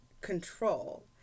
control